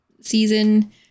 season